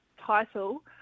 title